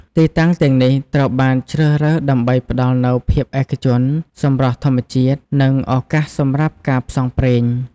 ទីតាំងទាំងនេះត្រូវបានជ្រើសរើសដើម្បីផ្តល់នូវភាពឯកជន សម្រស់ធម្មជាតិ និងឱកាសសម្រាប់ការផ្សងព្រេង។